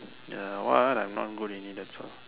the what I'm not good in it that's all